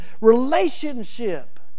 relationship